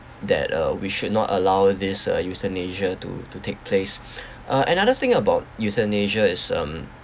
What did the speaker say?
that uh we should not allow this uh euthanasia to to take place uh another thing about euthanasia is um